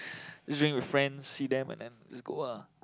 just drink with friends see them and then just go ah